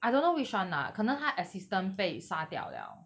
I don't know which one lah 可能他 assistant 被杀掉 liao